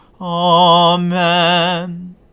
Amen